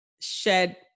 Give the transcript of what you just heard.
shed